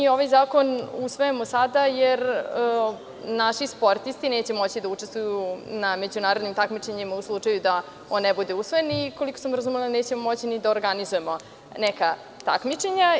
Ovaj zakon usvajamo sada jer naši sportisti neće moći da učestvuju na međunarodnim takmičenjima u slučaju da on ne bude usvojen i koliko sam razumela, nećemo moći ni da organizujemo neka takmičenja.